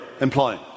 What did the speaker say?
employing